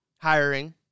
hiring